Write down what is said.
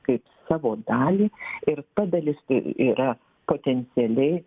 kaip savo dalį ir ta dalis tai yra potencialiai